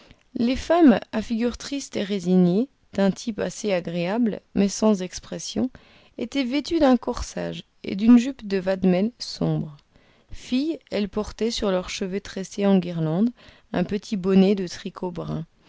les femmes à figure triste et résignée d'un type assez agréable mais sans expression étaient vêtues d'un corsage et d'une jupe de vadmel sombre filles elles portaient sur leurs cheveux tressés en guirlandes un petit bonnet de tricot brun